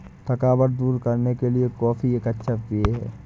थकावट दूर करने के लिए कॉफी एक अच्छा पेय है